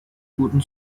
guten